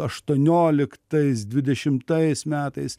aštuonioliktais dvidešimtais metais